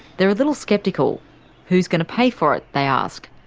they're a little sceptical who's going to pay for it, they ask?